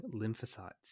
lymphocytes